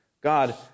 God